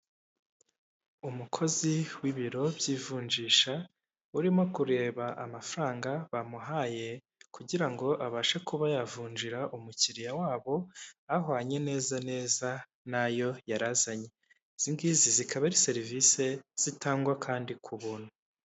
Umukozi wibiro by'ivunjisha urimo kureba amafaranga bamuhaye kugira ngo abashe kuba yavunjira umukiriya wabo ahwanye neza neza nyo yarazanye izingizi zikaba ari serivisi zitangwa kandi ku buntu.